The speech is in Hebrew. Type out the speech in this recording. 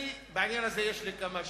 אני, בעניין הזה, יש לי כמה שאלות.